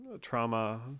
trauma